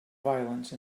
violence